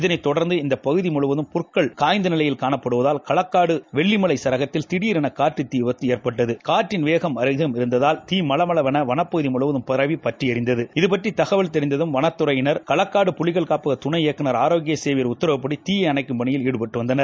இதனைத் தொடர்ந்து இந்தப் பகுகி முழுவதம் புற்கள் காய்ந்த நிலையில் காணப்படுவதால் களக்காடு வெள்ளிமலை சரகத்தில் திடீரென காட்டுத்தீ விபத்து ஏற்பட்டது காட்டுத்தீயின் வேகம் அதிகரித்திருத்தால் தீ வளப் பகுகி முழுவதும் பாவி பற்றி எரிந்தது இது பற்றி தகவல் தெரிந்ததும் வனத்தறையினர் களக்காடு புலிகள் காப்பக தணை இபக்குநர் ஆரோக்கியராஜ் சேவியர் உத்தாவின்படி தீ அணைக்கும் பணியில் ஈடுபட்டு வந்தனர்